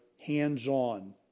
hands-on